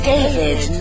David